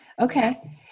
Okay